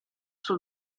sul